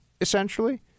essentially